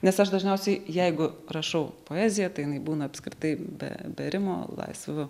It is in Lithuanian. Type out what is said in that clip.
nes aš dažniausiai jeigu rašau poeziją tai jinai būna apskritai be be rimo laisvu